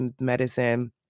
medicine